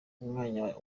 umwanya